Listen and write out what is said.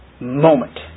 moment